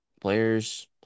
Players